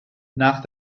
nach